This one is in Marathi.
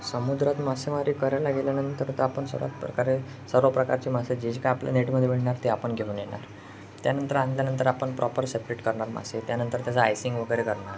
समुद्रात मासेमारी करायला गेल्यानंतर तर आपण सर्वात प्रकारे सर्व प्रकारचे मासे जे जे काय आपल्या नेटमध्ये मिळणार ते आपण घेऊन येणार त्यानंतर आणल्यानंतर आपण प्रॉपर सेपरेट करणार मासे त्यानंतर त्याचा आयसिंग वगैरे करणार